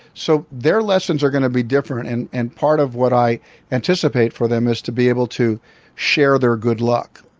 so their lessons are going to be different. and and part of what i anticipate for them is to be able to share their good luck.